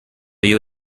you